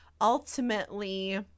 ultimately